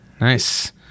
Nice